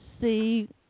see